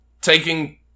taking